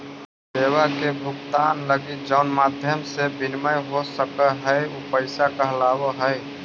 सेवा के भुगतान लगी जउन माध्यम से विनिमय हो सकऽ हई उ पैसा कहलावऽ हई